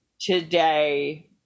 today